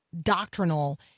doctrinal